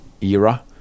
era